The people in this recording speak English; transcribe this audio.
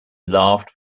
laughed